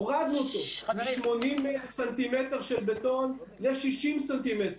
הורדנו מ-80 ס"מ של בטון ל-60 ס"מ.